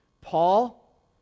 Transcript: Paul